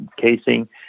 casing